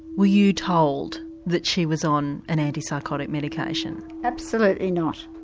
were you told that she was on an anti-psychotic medication? absolutely not,